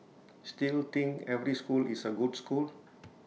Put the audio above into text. still think every school is A good school